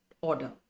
order